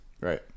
right